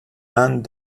aunt